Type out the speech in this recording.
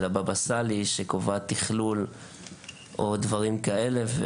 של הבבא-סאלי, שקובעת תכלול ודברים כאלה.